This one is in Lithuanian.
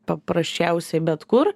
paprasčiausiai bet kur